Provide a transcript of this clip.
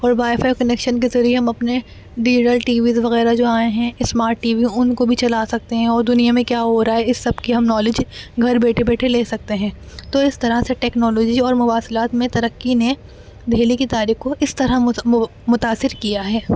اور wifi connection کے ذریعے ہم اپنے ڈیجیٹل ٹی ویز وغیرہ جو آئے ہیں اسمارٹ ٹی وی ان کو بھی چلا سکتے ہیں اور دنیا میں کیا ہو رہا ہے اس سب کی ہم نالج گھر بیٹھے بیٹھے لے سکتے ہیں تو اس طرح سے ٹیکنالوجی اور مواصلات میں ترقی نے دہلی کی تاریخ کو اس طرح متاثر کیا ہے